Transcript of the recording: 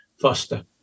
Foster